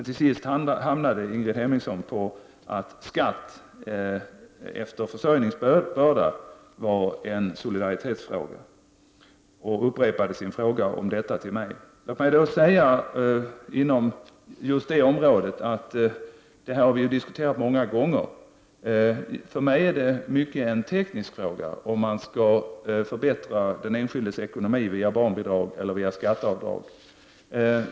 Till sist fastnade Ingrid Hemmingsson för att skatt efter försörjningsbörda var en solidaritetsfråga och upprepade sin fråga om detta till mig. Låt mig säga att vi har diskuterat just det området många gånger. För mig är det mycket en teknisk fråga om man skall förbättra den enskildes ekonomi via barnbidrag eller via skatteavdrag.